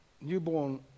newborn